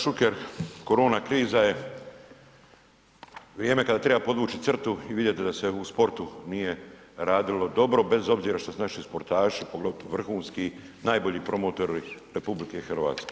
Kolega Šuker, korona kriza je, vrijeme kada treba podvući crtu i vidjeti da se u sportu nije radilo dobro, bez obzira što su naši sportaši, poglavito vrhunski najbolji promotori RH.